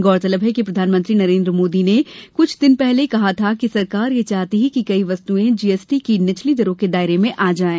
गौरतलब है कि प्रधानमंत्री नरेन्द्र मोदी ने कुछ दिन पहले कहा था कि सरकार यह चाहती है कि कई वस्तुएं जीएसटी की निचली दरों के दायरे में आ जाये